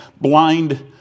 blind